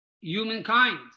humankind